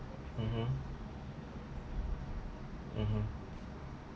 mmhmm mmhmm